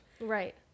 Right